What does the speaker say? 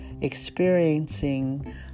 experiencing